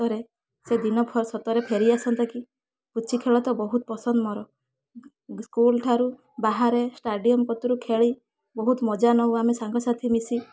ସତରେ ସେଦିନ ସତରେ ଫେରି ଆସନ୍ତା କି ପୁଚି ଖେଳ ତ ବହୁତ ପସନ୍ଦ ମୋର ସ୍କୁଲ ଠାରୁ ବାହାରେ ଷ୍ଟାଡ଼ିୟମ୍ କତୁରୁ ଖେଳି ବହୁତ ମଜା ନେଉ ଆମେ ସାଙ୍ଗସାଥି ମିଶି